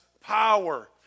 power